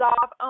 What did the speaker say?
Off